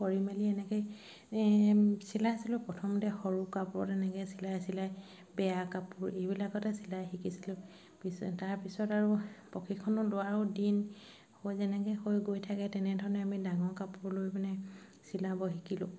কৰি মেলি এনেকৈ এ চিলাইছিলোঁ প্ৰথমতে সৰু কাপোৰত এনেকৈ চিলাই চিলাই বেয়া কাপোৰ এইবিলাকতে চিলাই শিকিছিলোঁ পিছত তাৰপিছত আৰু প্ৰশিক্ষণো লোৱাৰো দিন হৈ যেনেকৈ হৈ গৈ থাকে তেনেধৰণে আমি ডাঙৰ কাপোৰ লৈ পিনে চিলাব শিকিলোঁ